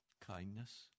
kindness